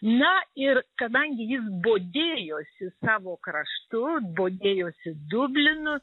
na ir kadangi jis bodėjosi savo kraštu bodėjosi dublinu